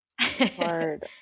Hard